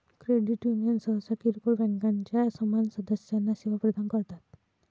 credit union सहसा किरकोळ बँकांच्या समान सदस्यांना सेवा प्रदान करतात